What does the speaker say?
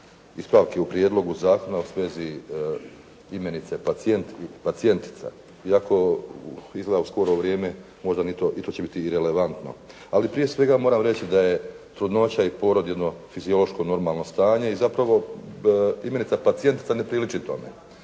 ispravke u prijedlogu zakona u svezi imenice pacijent i pacijentica iako izgleda u skoro vrijeme možda to, i to će biti irelevantno. Ali prije svega moram reći da je trudnoća i porod jedno fiziološko normalno stanje i zapravo imenica pacijentica ne priliči tome,